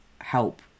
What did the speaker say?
help